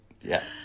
Yes